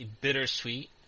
bittersweet